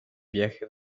viaje